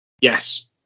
yes